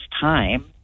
time